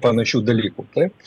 panašių dalykų taip